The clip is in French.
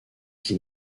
qui